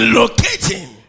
locating